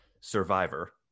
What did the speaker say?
Survivor